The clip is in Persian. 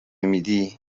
میدی